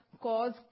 cause